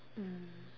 mm